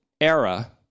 era